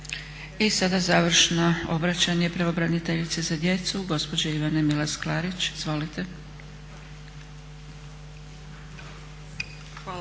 I sada završno obraćanje pravobraniteljice za djecu gospođe Ivane Milas Klarić. Izvolite.